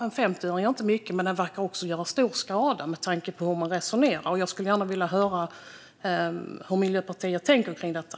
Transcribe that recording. En 50-öring gör inte mycket, men med tanke på hur man resonerar verkar den å andra sidan göra skada. Jag skulle gärna vilja höra hur Miljöpartiet tänker kring detta.